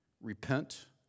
Repent